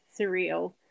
surreal